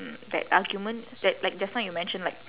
mm that argument that like just now you mention like